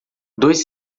dois